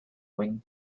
wing